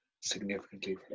significantly